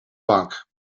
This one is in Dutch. bank